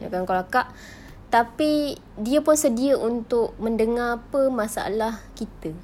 dia akan call akak tapi dia pun sedia untuk mendengar apa masalah kita